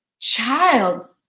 child